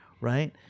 right